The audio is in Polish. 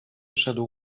szedł